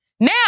Now